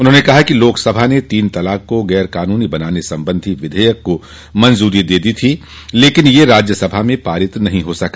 उन्होंने कहा कि लोकसभा ने तीन तलाक को गैर कानूनी बनाने संबंधी विधेयक को मंजूरी दे दी थी लेकिन यह राज्य सभा में पारित नहीं हो सका